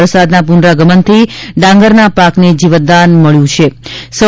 વરસાદના પુનરાગમનથી ડાંગરના પાકને જીવનદાન મળ્યું કહી શકાય છે